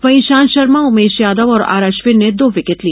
वहीं इशांत शर्मा उमेश यादव और आर अश्विन ने दो विकेट लिए